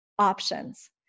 options